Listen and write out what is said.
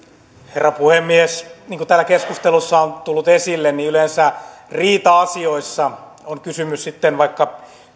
herra puhemies niin kuin täällä keskustelussa on tullut esille yleensä usein riita asioissa on kysymys sitten vaikka